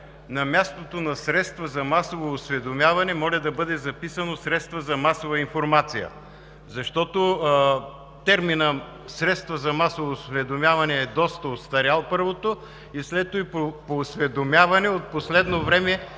На мястото на „средства за масово осведомяване“ моля да бъде записано: „средства за масова информация“, защото терминът „средства за масово осведомяване“ е доста остарял, първо, и, второ, под „осведомяване“ в последно време